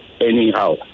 anyhow